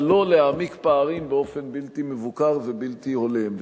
אבל לא להעמיק פערים באופן בלתי מבוקר ובלתי הולם.